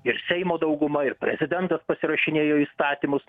ir seimo dauguma ir prezidentas pasirašinėjo įstatymus